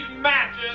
matches